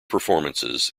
performances